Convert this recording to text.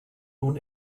nun